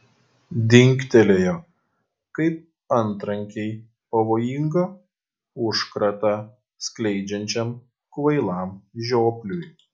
dingtelėjo kaip antrankiai pavojingą užkratą skleidžiančiam kvailam žiopliui